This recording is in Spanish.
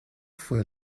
fue